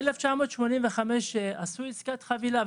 ב-1985 עשו עסקת חבילה,